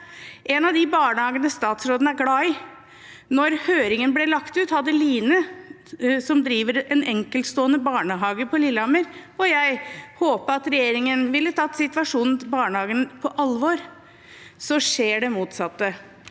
en av de barnehagene statsråden er glad i. Da høringen ble lagt ut, hadde Line, som driver en enkeltstående barnehage på Lillehammer – og jeg – håpet at regjeringen ville tatt situasjonen barnehagen står i, på alvor. Så skjer det motsatte.